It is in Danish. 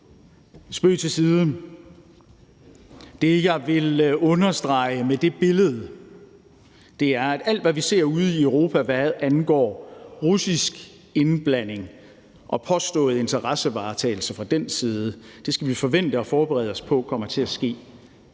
Det, jeg vil understrege med det billede, er, at alt, hvad vi ser ude i Europa, hvad angår russisk indblanding og påstået interessevaretagelse fra den side, skal vi forvente og forberede os på kommer til at ske